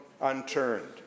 unturned